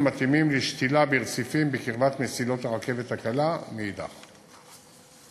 ומתאימים לשתילה ברציפים בקרבת מסילות הרכבת הקלה מאידך גיסא.